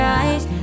eyes